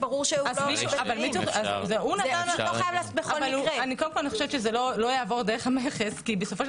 אני חושבת שזה לא יעבור דרך המכס כי בסופו של